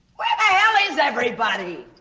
where is everybody.